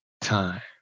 time